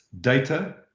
data